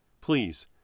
Please